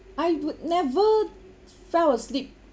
I would never fall asleep